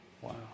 Wow